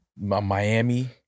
Miami